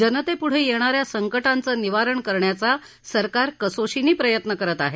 जनतेपुढे येणा या संकटांचं निवारण करण्याचा सरकार कसोशीने प्रयत्न करत आहे